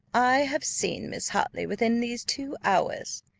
i have seen miss hartley within these two hours,